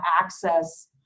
access